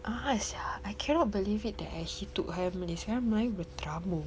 a'ah sia I cannot believe it that I actually took higher Malay sekarang melayu berterabur